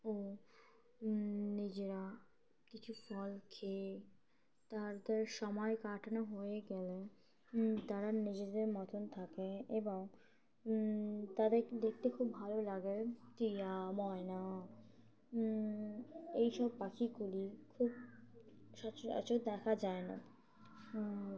ও নিজেরা কিছু ফল খেয়ে তাদের সময় কাটানো হয়ে গেলে তারা নিজেদের মতন থাকে এবং তাদের দেখতে খুব ভালো লাগে টিয়া ময়না এইসব পাখিগুলি খুব সচরাচর দেখা যায় না